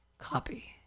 Copy